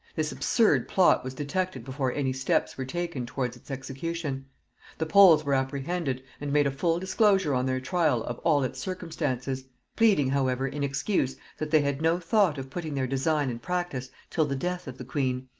this absurd plot was detected before any steps were taken towards its execution the poles were apprehended, and made a full disclosure on their trial of all its circumstances pleading however in excuse, that they had no thought of putting their design in practice till the death of the queen,